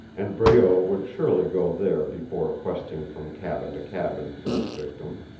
and breault would surely go there before questing from cabin to cabin for his victim.